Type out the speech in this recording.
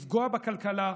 לפגוע בכלכלה,